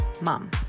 mom